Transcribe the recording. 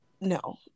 no